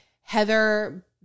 Heather